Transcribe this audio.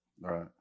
Right